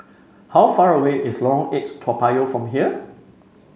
how far away is Lorong Eight Toa Payoh from here